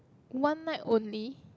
one night only